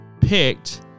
picked